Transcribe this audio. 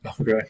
Okay